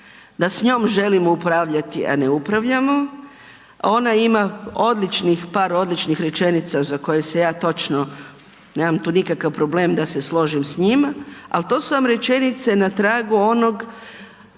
da s njom, želimo upravljati, a ne upravljamo. Ona ima par odličnih rečenica za koje ja nemam nikakav problem da se složim s njima, ali to su vam rečenice na tragu onog,